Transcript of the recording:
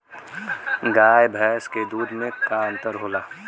गाय भैंस के दूध में का अन्तर होला?